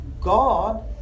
God